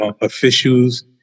officials